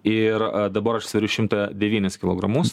ir dabar aš sveriu šimtą devynis kilogramus